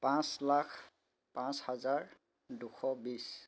পাঁচ লাখ পাঁচ হাজাৰ দুশ বিছ